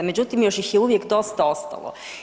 Međutim, još ih je uvijek dosta ostalo.